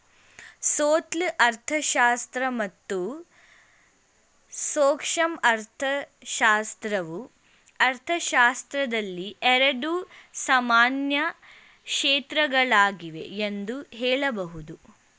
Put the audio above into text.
ಸ್ಥೂಲ ಅರ್ಥಶಾಸ್ತ್ರ ಮತ್ತು ಸೂಕ್ಷ್ಮ ಅರ್ಥಶಾಸ್ತ್ರವು ಅರ್ಥಶಾಸ್ತ್ರದಲ್ಲಿ ಎರಡು ಸಾಮಾನ್ಯ ಕ್ಷೇತ್ರಗಳಾಗಿವೆ ಎಂದು ಹೇಳಬಹುದು